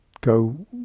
go